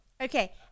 Okay